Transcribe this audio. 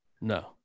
No